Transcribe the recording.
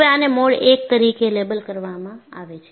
હવે આને mode I તરીકે લેબલ કરવામાં આવે છે